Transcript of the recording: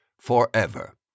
forever